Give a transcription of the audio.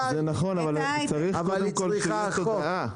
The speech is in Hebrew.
זה נכון אבל צריך קודם כל שתהיה תודעה.